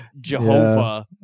Jehovah